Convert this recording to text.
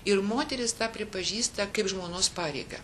ir moteris tą pripažįsta kaip žmonos pareigą